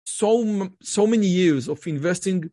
כל כך הרבה שנים של השקעה